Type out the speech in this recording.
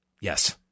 Yes